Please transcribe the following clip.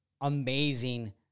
amazing